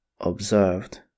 observed